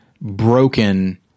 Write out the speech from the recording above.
broken